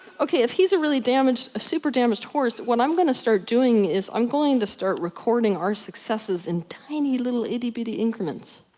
ok, if he's a really ah super damaged horse, what i'm gonna start doing is, i'm going to start recording our successes in tiny little itty bitty increments.